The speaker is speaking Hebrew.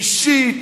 אישית,